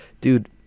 dude